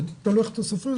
תלוי איך אתה סופר,